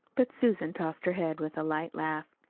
but susan tossed her head with a light laugh.